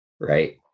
Right